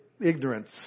ignorance